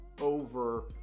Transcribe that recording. over